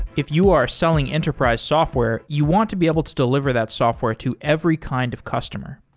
if you are selling enterprise software, you want to be able to deliver that software to every kind of customer.